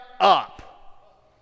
up